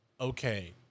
okay